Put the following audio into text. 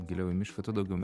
giliau į mišką tuo daugiau